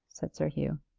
said sir hugh.